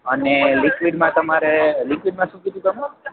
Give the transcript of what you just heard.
અને લિક્વિડમાં તમારે લિક્વિડમાં શું કીધું તમે